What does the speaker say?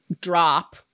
drop